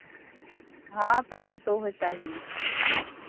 हाँ पाँच सौ ही चाहिए